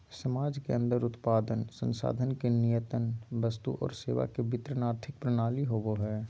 समाज के अन्दर उत्पादन, संसाधन के नियतन वस्तु और सेवा के वितरण आर्थिक प्रणाली होवो हइ